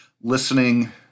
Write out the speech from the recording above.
listening